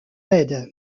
aide